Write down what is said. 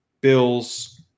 bills